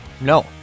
No